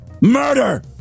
Murder